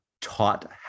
taught